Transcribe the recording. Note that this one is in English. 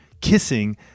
kissing